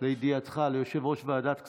לידיעתך, ניגשתי ליושב-ראש ועדת כספים,